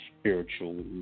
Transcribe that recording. spiritual